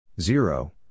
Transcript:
zero